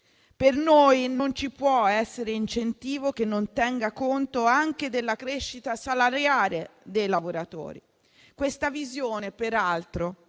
Per noi non ci può essere incentivo che non tenga conto anche della crescita salariale dei lavoratori. Questa visione, peraltro,